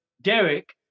Derek